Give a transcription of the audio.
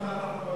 ככה אנחנו